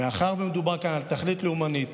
מאחר שמדובר כאן על תכלית לאומנית,